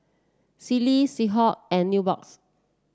Sealy Schick and Nubox